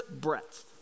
breadth